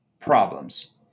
problems